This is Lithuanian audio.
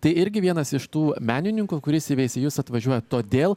tai irgi vienas iš tų menininkų kuris į veisiejus atvažiuoja todėl